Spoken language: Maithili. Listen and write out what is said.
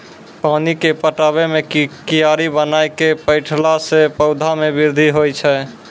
पानी पटाबै मे कियारी बनाय कै पठैला से पौधा मे बृद्धि होय छै?